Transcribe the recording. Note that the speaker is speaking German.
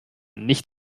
nicht